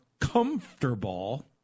comfortable